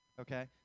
Okay